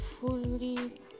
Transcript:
fully